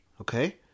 Okay